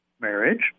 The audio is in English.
marriage